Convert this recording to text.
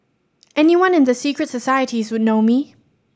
anyone in the secret societies would know me